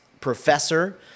professor